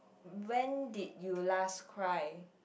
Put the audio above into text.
when did you last cry